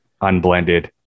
unblended